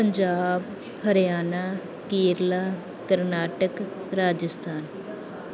Punjab Haryana Kerala Karnataka Rajasthan